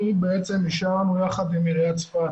אנחנו בעצם אישרנו יחד עם עיריית צפת